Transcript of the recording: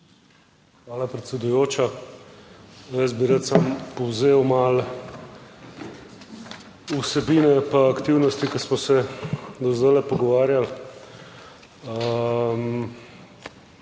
Hvala, predsedujoča. Jaz bi rad samo povzel malo vsebine pa aktivnosti, ki smo se do zdaj pogovarjali.